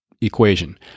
equation